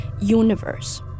universe